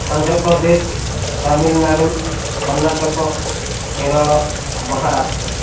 Andhra Pradesh Tamil Nadu Karnataka Kerala Maharashtra